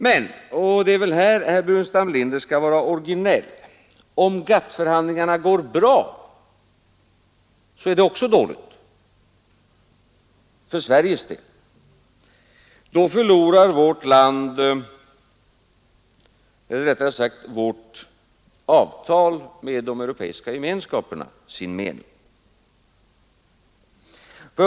Men — och det är väl här herr Burenstam Linder skall vara originell — om GATT-förhandlingarna går bra är också det dåligt — för Sveriges del. Då förlorar vårt avtal med de europeiska gemenskaperna sin mening.